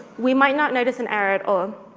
we might not notice an error at all.